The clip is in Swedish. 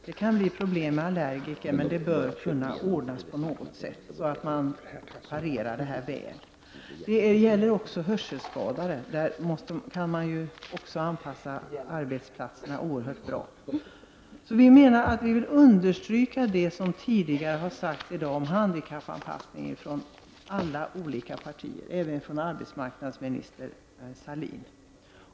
Det kan bli problem med allergiker, men det bör kunna ordnas på något sätt så att man parerar de problemen väl. Också i fråga om hörselskadade måste man anpassa arbetsplatserna mycket bra. Vi vill understryka det som tidigare i dag har sagts om handikappanpassningen från alla olika partier, och även av arbetsmarknadsminister Sahlin.